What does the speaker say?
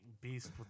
beast